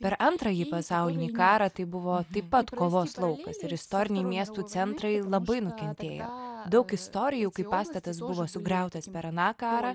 per antrąjį pasaulinį karą tai buvo taip pat kovos laukas ir istoriniai miestų centrai labai nukentėjo daug istorijų kai pastatas buvo sugriautas per aną karą